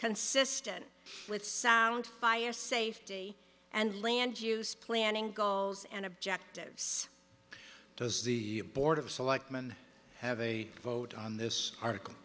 consistent with sound fire safety and land use planning goals and objectives does the board of selectmen have a vote on this article